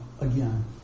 again